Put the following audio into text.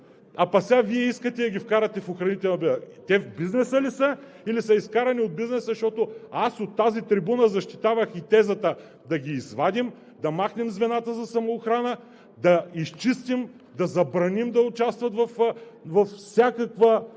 а пък сега Вие искате да ги вкарате в охранителния бизнес? Те в бизнеса ли са, или са изкарани от бизнеса? Защото аз от тази трибуна защитавах и тезата да ги извадим, да махнем звената за самоохрана, да изчистим, да забраним да участват във всякаква